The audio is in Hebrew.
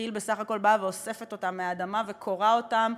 כי"ל בסך הכול באה ואוספת אותם מהאדמה וכורה אותם,